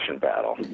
battle